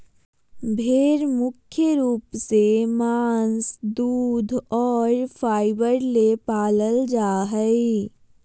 भेड़ मुख्य रूप से मांस दूध और फाइबर ले पालल जा हइ